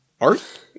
art